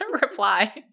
reply